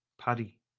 Paddy